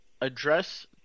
address